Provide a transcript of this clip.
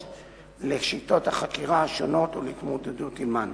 לשיטות החקירה השונות ולהתמודדות עמן.